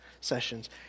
sessions